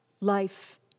life